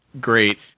great